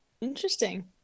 Interesting